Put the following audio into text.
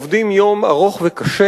עובדים יום ארוך וקשה